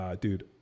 Dude